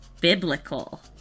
biblical